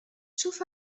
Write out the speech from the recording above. schuf